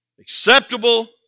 acceptable